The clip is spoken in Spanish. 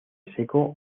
seco